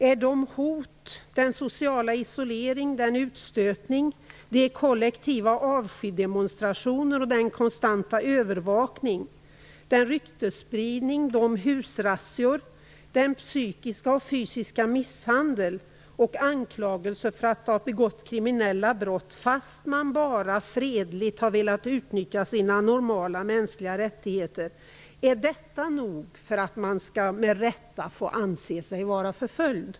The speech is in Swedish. Är hot, social isolering, utstötning, kollektiva avskydemonstrationer, konstant övervakning, ryktesspridning, husrazzior, psykisk och fysisk misshandel och anklagelser för att ha begått kriminella brott, fast man bara fredligt har velat utnyttja sina normala mänskliga rättigheter, nog för att man med rätta skall anse sig förföljd?